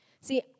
See